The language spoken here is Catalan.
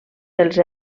dels